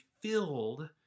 filled